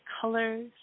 colors